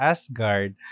Asgard